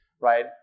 right